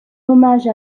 hommage